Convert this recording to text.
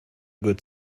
good